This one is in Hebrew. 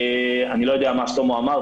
אני לא יודע מה שלמה אמר.